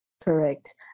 correct